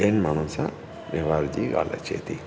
ॿियनि माण्हुनि सां व्यवहार जी ॻाल्हि अचे थी